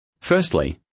Firstly